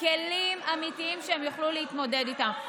כלים אמיתיים שהם יוכלו להתמודד איתם.